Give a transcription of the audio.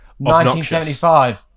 1975